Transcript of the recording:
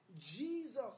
Jesus